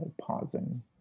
pausing